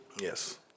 Yes